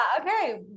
okay